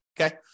okay